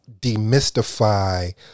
demystify